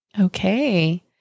Okay